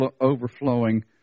overflowing